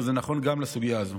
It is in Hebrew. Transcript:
וזה נכון גם לסוגיה הזו.